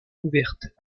ouverte